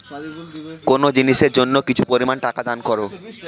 কোনো জিনিসের জন্য কিছু পরিমান টাকা দান করো